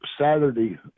saturday